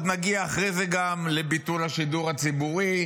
עוד נגיע אחרי זה גם לביטול השידור הציבורי,